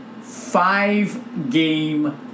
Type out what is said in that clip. five-game